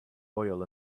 oil